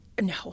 No